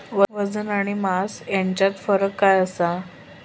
वजन आणि मास हेच्यात फरक काय आसा?